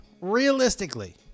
realistically